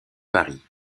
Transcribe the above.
paris